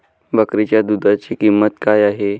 बकरीच्या दूधाची किंमत काय आहे?